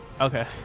Okay